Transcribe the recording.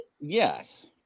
yes